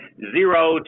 zero